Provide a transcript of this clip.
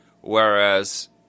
Whereas